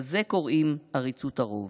לזה קוראים עריצות הרוב,